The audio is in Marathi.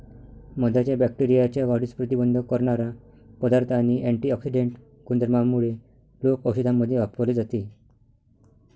मधाच्या बॅक्टेरियाच्या वाढीस प्रतिबंध करणारा पदार्थ आणि अँटिऑक्सिडेंट गुणधर्मांमुळे लोक औषधांमध्ये वापरले जाते